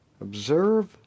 Observe